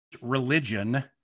religion